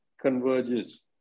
converges